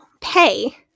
pay